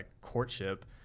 courtship